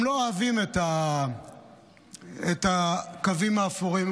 הם לא אוהבים את הקווים האפורים,